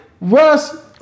Russ